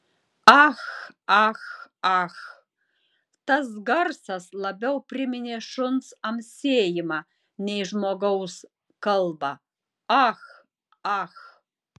ah ah ah tas garsas labiau priminė šuns amsėjimą nei žmogaus kalbą ah ah